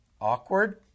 awkward